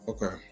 Okay